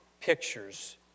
pictures